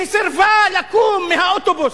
שסירבה לקום באוטובוס?